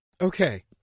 Okay